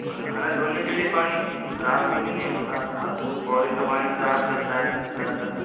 और नहाने धोने के लिए पानी खराब तो नहीं है उसका बोरिंग का पानी खराब चलता है फिर ज़्यादातर